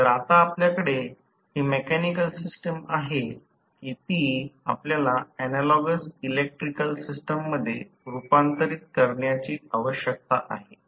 तर आता आपल्याकडे ही मेकॅनिकल सिस्टम आहे की ती आपल्याला ऍनालॉगस इलेक्ट्रिकल सिस्टममध्ये रूपांतरित करण्याची आवश्यकता आहे